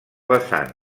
vessant